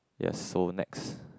yes so next